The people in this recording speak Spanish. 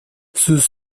sus